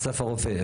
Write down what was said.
אסף הרופא?